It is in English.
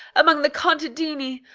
among the contadini,